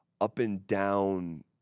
up-and-down